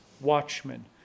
watchmen